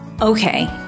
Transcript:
Okay